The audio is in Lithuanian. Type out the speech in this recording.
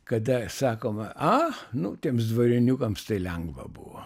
kada sakoma a nu tiems dvarioniukams tai lengva buvo